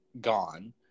gone